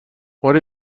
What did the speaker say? what